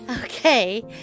Okay